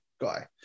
guy